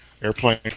airplane